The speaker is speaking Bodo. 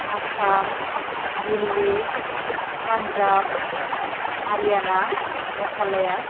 आसाम दिल्ली पान्जाब हारियाना मेघालया